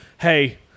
hey